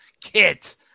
Kit